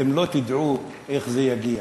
אתם לא תדעו איך זה יגיע.